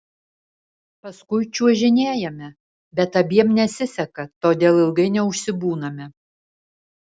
paskui čiuožinėjame bet abiem nesiseka todėl ilgai neužsibūname